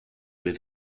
with